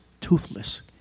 toothless